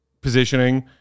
positioning